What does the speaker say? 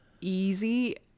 easy